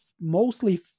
mostly